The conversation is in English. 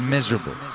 Miserable